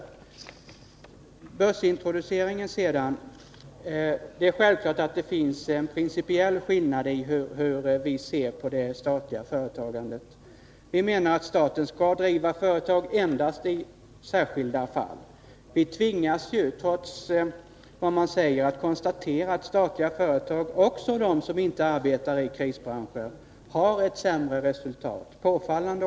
Beträffande börsintroduktion: Det finns självfallet en principiell skillnad i hur vi ser på det statliga företagandet. Vi menar att staten skall driva företag endast i särskilda fall. Trots vad som sägs tvingas man ju konstatera att statliga företag — också de som inte arbetar i krisbranscher — påfallande ofta har sämre resultat.